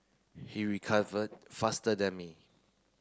he recovered faster than me